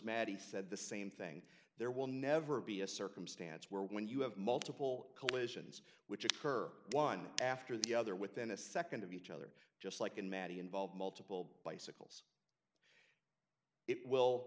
maddy said the same thing there will never be a circumstance where when you have multiple collisions which occur one after the other within a nd of each other just like in matty involved multiple bicycles it will